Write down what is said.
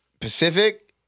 Pacific